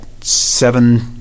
seven